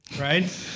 right